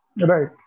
Right